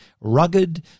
rugged